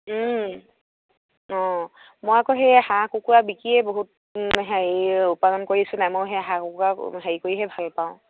অঁ মই আকৌ সেই হাঁহ কুকুৰা বিকিয়ে বহুত হেৰি উপাদন কৰিছোঁ নাই মই সেই হাঁহ কুকুৰা হেৰি কৰিহে ভালপাওঁ